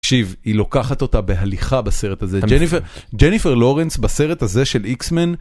תקשיב, היא לוקחת אותה בהליכה בסרט הזה, ג'ניפר, ג'ניפר לורנץ בסרט הזה של איקסמן